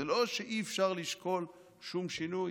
זה לא שאי-אפשר לשקול שום שינוי,